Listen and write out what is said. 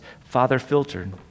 Father-filtered